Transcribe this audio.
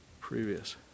Previous